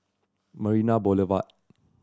Marina Boulevard